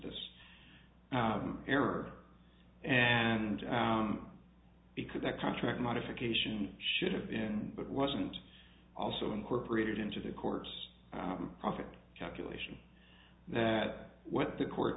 this error and oun because that contract modification should have been but wasn't also incorporated into the court's profit calculation that what the court